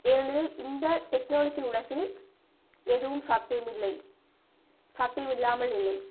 ஏனெனில் இந்த டெக்னாலஜி உலகில் எதுவும் சாத்தியமில்லை சாத்தியமில்லாமல் இல்லை